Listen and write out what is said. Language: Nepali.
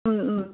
उम् उम्